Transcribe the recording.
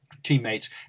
teammates